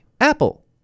Apple